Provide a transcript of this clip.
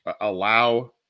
allow